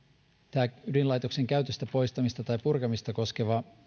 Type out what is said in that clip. tämä ydinlaitosten käytöstä poistamista tai purkamista koskeva